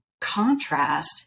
contrast